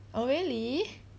oh really